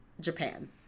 Japan